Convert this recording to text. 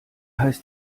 heißt